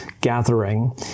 gathering